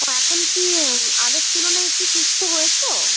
তো এখন কী আগের তুলনায় একটু সুস্থ হয়েছো